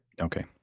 Okay